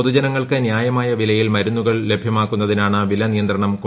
പൊതുജനങ്ങൾക്ക് ന്യായമായ വിലയിൽ മരുന്നുകൾ ലഭ്യമാക്കുന്നതിനാണ് വില നിയന്ത്രണം കൊണ്ടു വന്നത്